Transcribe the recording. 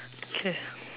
K